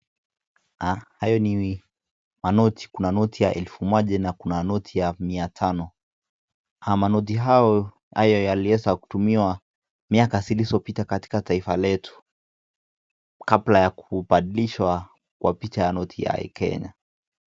Haya ni manoti, kuna noti ya elfu moja na kuna noti ya mia tano, na manoti hayo yaliweza kutumiwa miaka zilizopita katika taifa letu, kabla ya kubadilishwa kwa picha ya noti haya ya Kenya.